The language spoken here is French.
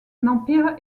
empire